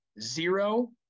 zero